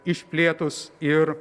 išplėtus ir